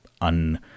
un